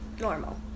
normal